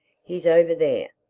he's over there,